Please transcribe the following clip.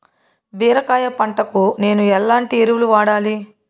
బీరకాయ పంటకు నేను ఎట్లాంటి ఎరువులు వాడాలి?